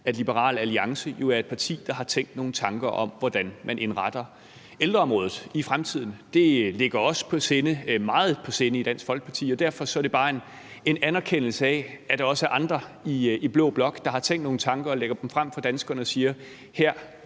at Liberal Alliance er et parti, der har tænkt nogle tanker om, hvordan man indretter ældreområdet i fremtiden. Det ligger os meget på sinde i Dansk Folkeparti, og derfor er det bare en anerkendelse af, at der også er andre i blå blok, der har tænkt nogle tanker og lægger dem frem for danskerne og siger: